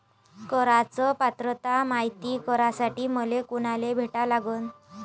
कराच पात्रता मायती करासाठी मले कोनाले भेटा लागन?